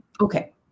okay